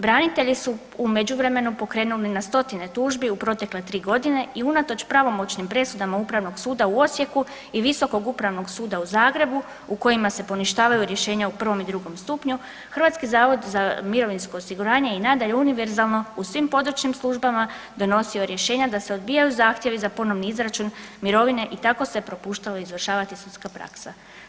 Branitelji su u međuvremenu pokrenuli na stotine tužbi u protekle 3 godine i unatoč pravomoćnim presudama Upravnog suda u Osijeku i Visokog upravnog suda u Zagrebu u kojima se poništavaju rješenja u prvom i drugom stupnju Hrvatski zavod za mirovinsko osiguranje je i nadalje univerzalno u svim područnim službama donosio rješenja da se odbijaju zahtjevi za ponovni izračun mirovine i tako se propuštalo izvršavati sudska praksa.